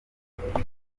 umuyobozi